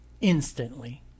instantly